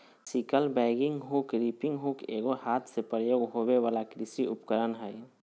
sickle bagging hook, reaping hook एगो हाथ से प्रयोग होबे वला कृषि उपकरण हइ